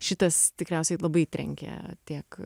šitas tikriausiai labai trenkia tiek